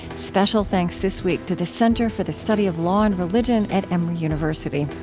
special thanks this week to the center for the study of law and religion at emory university.